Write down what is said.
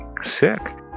Sick